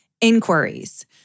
inquiries